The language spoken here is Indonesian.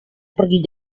pergi